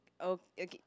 okay